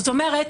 זאת אומרת,